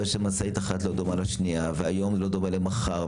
שמשאית אחת לא דומה לשנייה והיום לא דומה למחר,